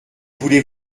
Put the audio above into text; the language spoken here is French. voulez